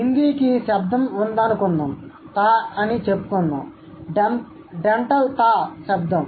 హిందీకి శబ్దం ఉందనుకుందాం థా అని చెప్పుకుందాం "డెంటల్ థా" శబ్దం